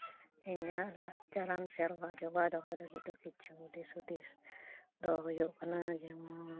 ᱤᱧᱟᱹᱜ ᱞᱟᱠᱪᱟᱨᱟᱱ ᱥᱮᱨᱣᱟ ᱡᱚᱜᱟᱣ ᱫᱚᱦᱚ ᱞᱟᱹᱜᱤᱫ ᱫᱚ ᱠᱤᱪᱷᱩ ᱫᱤᱥ ᱦᱩᱫᱤᱥ ᱫᱚ ᱦᱩᱭᱩᱜ ᱠᱟᱱᱟ